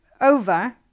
Over